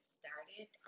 started